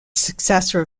successor